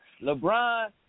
LeBron